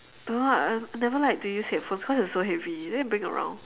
don't know I I never liked to use headphones cause it's so heavy then you bring around